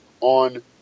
on